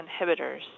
inhibitors